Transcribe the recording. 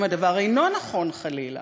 אם הדבר אינו נכון חלילה,